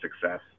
success